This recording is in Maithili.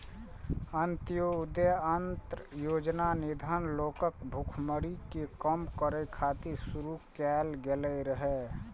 अंत्योदय अन्न योजना निर्धन लोकक भुखमरी कें कम करै खातिर शुरू कैल गेल रहै